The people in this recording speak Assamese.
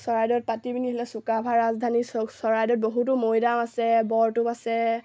চৰাইদেউত পাতি পিনি এইফালে চুকাফাৰ ৰাজধানী চৰাইদেউত বহুতো মৈদাম আছে বৰটোপ আছে